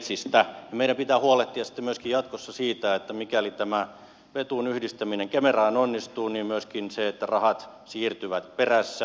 ja meidän pitää huolehtia sitten jatkossa myöskin siitä että mikäli tämä petun yhdistäminen kemeraan onnistuu niin onnistuu myöskin se että rahat siirtyvät perässä momentilta toiselle